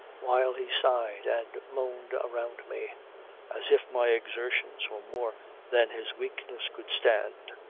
while he sighed and moaned around me as if my exertions were more than his weakness could stand.